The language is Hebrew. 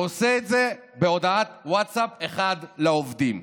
הוא עושה את זה בהודעת ווטסאפ אחת לעובדים.